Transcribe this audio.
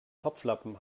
topflappen